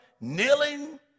kneeling